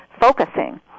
focusing